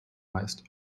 heißt